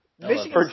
Michigan